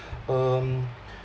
um